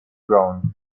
ground